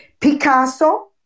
Picasso